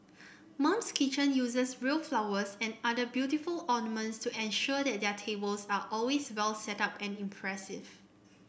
mum's kitchen uses real flowers and other beautiful ornaments to ensure that their tables are always well setup and impressive